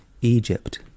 Egypt